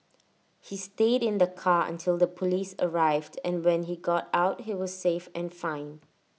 he stayed in the car until the Police arrived and when he got out he was safe and fine